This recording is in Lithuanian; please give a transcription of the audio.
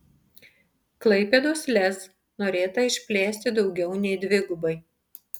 klaipėdos lez norėta išplėsti daugiau nei dvigubai